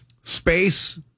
Space